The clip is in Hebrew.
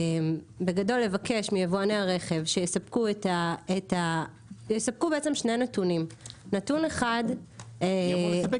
בגדול לבקש מיבואני הרכב שיספקו שני נתונים: נתון אחד --- מי יספק,